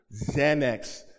Xanax